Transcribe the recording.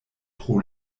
pro